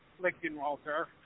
Lichtenwalter